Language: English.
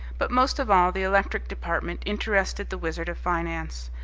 but most of all, the electric department interested the wizard of finance.